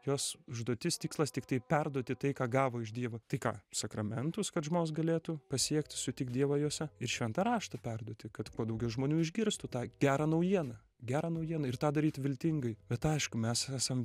jos užduotis tikslas tiktai perduoti tai ką gavo iš dievo tai ką sakramentus kad žmogus galėtų pasiekt sutikt dievą juose ir šventą raštą perduoti kad kuo daugiau žmonių išgirstų tą gerą naujieną gerą naujieną ir tą daryt viltingai bet aišku mes esam